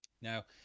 Now